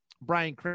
Brian